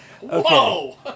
Whoa